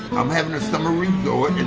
i'm having a summer resort,